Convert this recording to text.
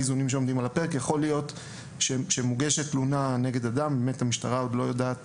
יכול להיות שכשמוגשת תלונה נגד אדם המשטרה עוד לא יודעת